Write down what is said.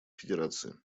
федерации